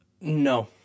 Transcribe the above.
No